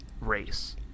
race